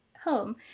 home